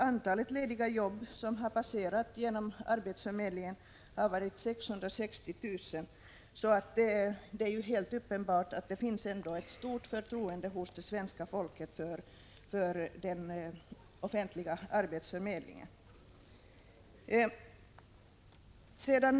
Antalet lediga jobb som har passerat genom arbetsförmedlingen har varit 660 000. Det är alltså helt uppenbart att det finns ett stort förtroende hos svenska folket för den offentliga arbetsförmedlingen.